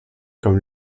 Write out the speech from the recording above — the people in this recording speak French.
comme